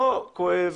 לא כואב,